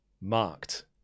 marked